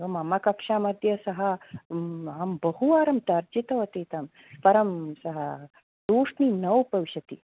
मम कक्षा मध्ये सः अहं बहुवारं तर्जितवती तं परं सः तूष्णीं न उपविशति